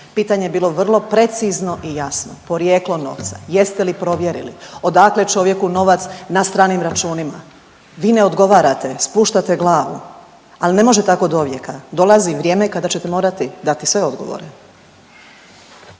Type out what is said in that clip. Pitanje je bilo vrlo precizno i jasno. Porijeklo novca. Jeste li provjerili odakle čovjeku novac na stranim računima? Vi ne odgovarate, spuštate glavu, ali ne može tako dovijeka. Dolazi vrijeme kada ćete morati dati sve odgovore.